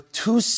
two